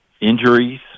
injuries